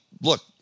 look